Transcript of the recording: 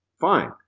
Fine